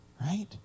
right